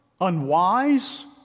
unwise